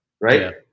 Right